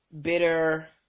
bitter